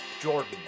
Jordan